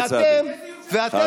יש זיוף של הליכוד.